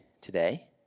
today